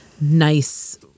nice